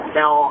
now